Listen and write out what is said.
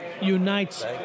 unites